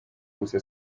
gusa